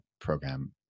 program